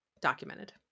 documented